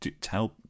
tell